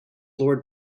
lord